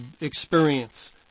experience